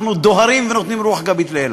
אנחנו דוהרים ונותנים רוח גבית לאילת.